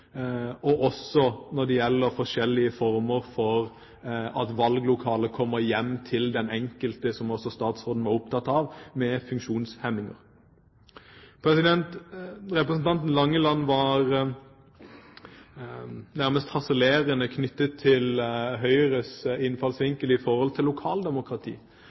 og forskjellige former for at valglokalet kommer hjem til den enkelte med funksjonshemninger – som også statsråden var opptatt av. Representanten Langeland nærmest harselerte over Høyres innfallsvinkel i forhold til lokaldemokrati. I likhet med representanten Skei Grande er det lett å replisere i forhold til